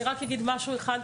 אני אגיד רק משהו אחד,